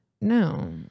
No